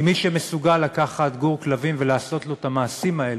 כי מי שמסוגל לקחת גור כלבים ולעשות לו את המעשים האלו,